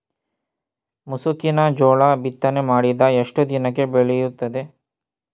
ಮುಸುಕಿನ ಜೋಳ ಬಿತ್ತನೆ ಮಾಡಿದ ಎಷ್ಟು ದಿನಕ್ಕೆ ಬೆಳೆಯುತ್ತದೆ?